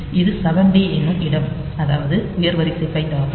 இது 7டி என்னும் இடம் அதாவது உயர் வரிசை பைட் ஆகும்